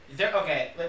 Okay